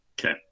Okay